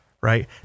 right